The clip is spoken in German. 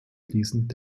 fließend